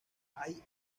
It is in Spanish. hay